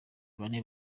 bane